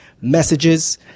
messages